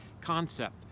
concept